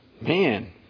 man